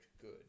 good